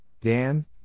Dan